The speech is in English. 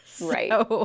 Right